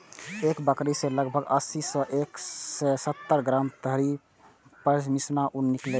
एक बकरी सं लगभग अस्सी सं एक सय सत्तर ग्राम धरि पश्मीना ऊन निकलै छै